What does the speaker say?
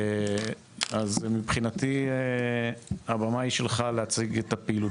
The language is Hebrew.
אז מבחינתי הבמה היא שלך להציג את הפעילות